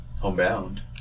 Homebound